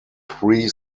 three